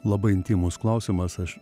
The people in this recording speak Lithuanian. labai intymus klausimas aš